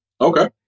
Okay